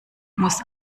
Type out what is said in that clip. muss